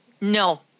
No